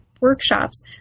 workshops